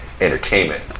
Entertainment